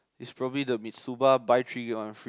is probably the Mitsuba buy three get one free